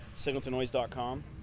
Signaltonoise.com